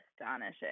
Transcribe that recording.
astonishing